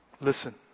Listen